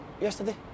yesterday